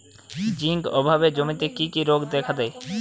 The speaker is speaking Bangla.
জিঙ্ক অভাবে জমিতে কি কি রোগ দেখাদেয়?